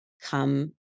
come